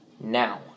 Now